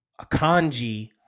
Akanji